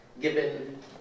given